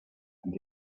and